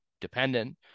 dependent